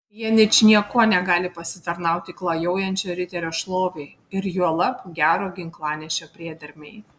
jie ničniekuo negali pasitarnauti klajojančio riterio šlovei ir juolab gero ginklanešio priedermei